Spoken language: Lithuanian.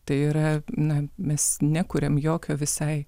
tai yra na mes nekuriam jokio visai